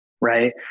right